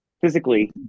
physically